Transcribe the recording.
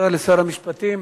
תודה לשר המשפטים.